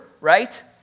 right